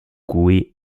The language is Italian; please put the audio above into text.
cui